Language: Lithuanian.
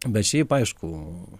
bet šiaip aišku